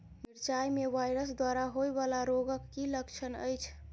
मिरचाई मे वायरस द्वारा होइ वला रोगक की लक्षण अछि?